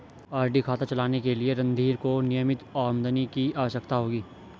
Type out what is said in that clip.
RD खाता चलाने के लिए रणधीर को नियमित आमदनी की आवश्यकता होगी